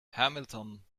hamilton